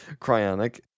cryonic